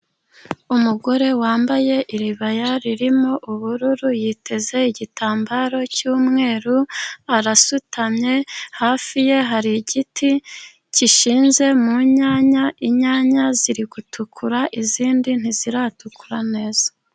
Umugore wambaye iribaya ririmo ubururu, yiteze igitambaro cy'umweru arasutamye, hafi ye hari igiti kishinze mu nyanya, inyanya ziri gutukura izindi ntiziratukura neza.